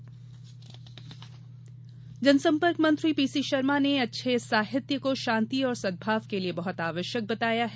literature festival जनसम्पर्क मंत्री PC Sharma ने अच्छे साहित्य को शांति और सदभाव के लिए बहत आवश्यक बताया है